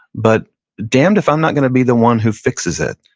but damned if i'm not gonna be the one who fixes it.